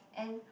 and